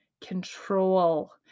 control